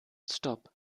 stop